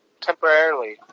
temporarily